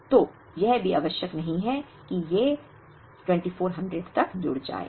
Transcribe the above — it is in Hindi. तो यह भी आवश्यक नहीं है कि ये 2400 तक जुड़ जाएं